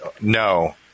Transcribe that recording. No